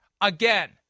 Again